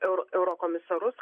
euro eurokomisarus